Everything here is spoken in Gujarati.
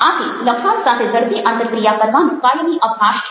આથી લખાણ સાથે ઝડપી આંતરકિયા કરવાનો કાયમી અવકાશ છે